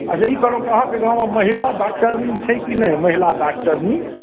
अच्छा ई कहू तऽ अहाँकेँ गाँवमे महिला डॉक्टरनी छै कि नहि महिला डॉक्टरनी